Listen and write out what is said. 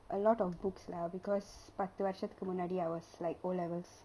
a lot of books lah because பத்து வருஷதுக்கு முன்னாடி:pathu varushathuku munaadi I was like O levels